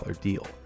deal